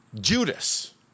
Judas